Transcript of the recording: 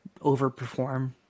overperform